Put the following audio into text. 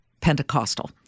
Pentecostal